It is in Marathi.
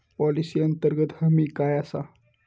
पॉलिसी अंतर्गत हमी काय आसा?